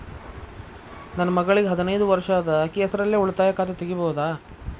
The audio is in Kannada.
ನನ್ನ ಮಗಳಿಗೆ ಹದಿನೈದು ವರ್ಷ ಅದ ಅಕ್ಕಿ ಹೆಸರಲ್ಲೇ ಉಳಿತಾಯ ಖಾತೆ ತೆಗೆಯಬಹುದಾ?